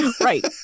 Right